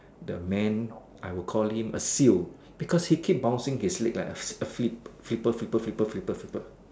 the man I would call him a seal because he keep bouncing his leg like a flip flipper flipper flipper flipper